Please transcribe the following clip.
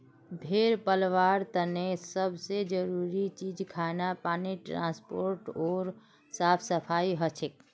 भेड़ पलवार तने सब से जरूरी चीज खाना पानी ट्रांसपोर्ट ओर साफ सफाई हछेक